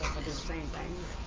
same things.